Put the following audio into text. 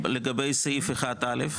לגבי סעיף (1)(א),